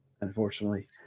Unfortunately